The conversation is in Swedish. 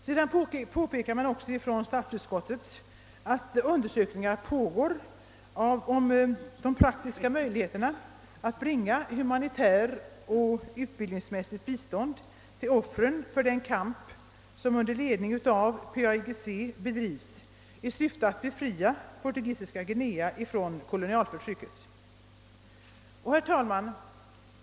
Sedan påpekas i statsutskottets utlåtande att undersökningar pågår rörande de praktiska möjligheterna att bringa humanitärt och utbildningsmässigt bistånd till offren för den kamp som under ledning av PAIGC förs i syfte att befria Portugisiska Guinea från kolonialförtrycket.